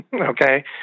okay